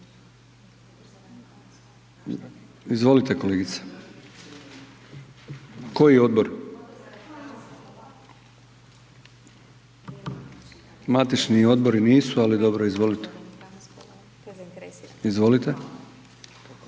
Izvolite kolegice. Koji odbor? Matični odbori nisu, ali dobro, izvolite.